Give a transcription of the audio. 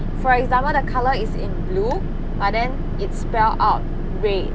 for example the colour is in blue but then it's spell out red